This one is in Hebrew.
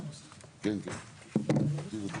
אני גם דחפתי את